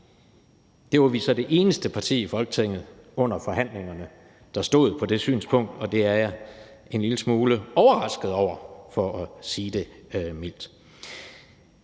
var vi så det eneste parti i Folketinget der stod på under forhandlingerne, og det er jeg en lille smule overrasket over for at sige det mildt.